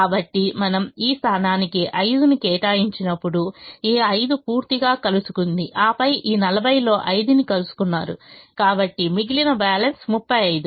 కాబట్టి మనము ఈ స్థానానికి 5 ని కేటాయించినప్పుడు ఈ 5 పూర్తిగా కలుసుకుంది ఆపై ఈ 40 లో 5 ని కలుసుకున్నారు కాబట్టి మిగిలిన బ్యాలెన్స్ 35